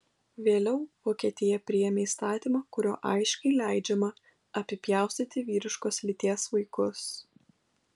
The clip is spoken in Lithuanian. vėliau vokietija priėmė įstatymą kuriuo aiškiai leidžiama apipjaustyti vyriškos lyties vaikus